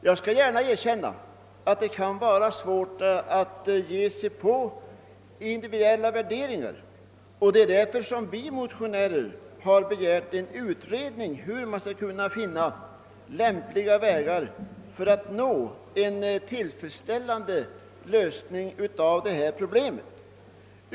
Jag skall gärna erkänna att det kan vara svårt att ge sig på individuella värderingar, och det är därför som vi motionärer begärt en utredning om hur man skall kunna finna lämpliga vägar för att nå fram till en tillfredsställande lösning av detta problem.